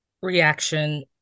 reaction